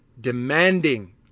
demanding